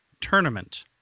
Tournament